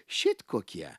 šit kokie